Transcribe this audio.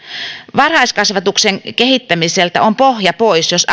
varhaiskasvatuksen kehittämiseltä on pohja pois jos